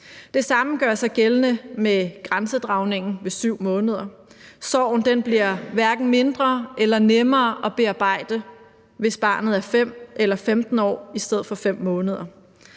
Det samme gør sig gældende med grænsedragningen ved 7 måneder. Sorgen bliver hverken mindre eller nemmere at bearbejde, hvis barnet er 5 år eller 15 år i stedet for 5 måneder,